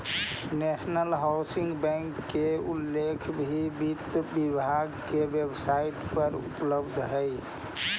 national housing bank के उल्लेख भी वित्त विभाग के वेबसाइट पर उपलब्ध हइ